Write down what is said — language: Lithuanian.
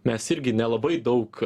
mes irgi nelabai daug